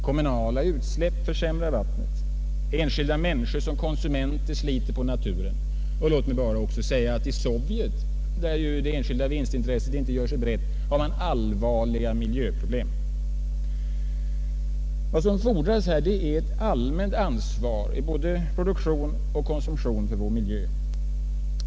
Kommunala utsläpp försämrar vattnet. Enskilda människor som konsumenter sliter på naturen. Låt mig också bara säga att även i Sovjet där det enskilda vinstintresset inte gör sig brett har man allvarliga miljöproblem. Vad som fordras är ett allmänt ansvar för vår miljö såväl i produktion som i konsumtion.